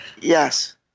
Yes